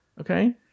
Okay